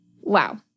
Wow